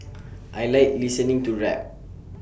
I Like listening to rap